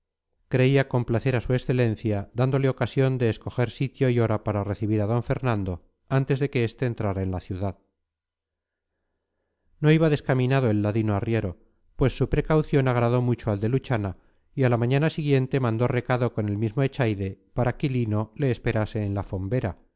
creía complacer a su excelencia dándole ocasión de escoger sitio y hora para recibir a d fernando antes de que este entrara en la ciudad no iba descaminado el ladino arriero pues su precaución agradó mucho al de luchana y a la mañana siguiente mandó recado con el mismo echaide para que quilino le esperase en la fombera